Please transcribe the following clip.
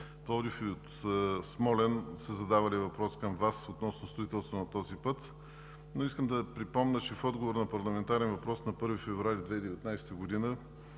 Пловдив и Смолян са задавали въпрос към Вас относно строителството на пътя, но искам да припомня, че в отговор на парламентарен въпрос на 1 февруари 2019 г.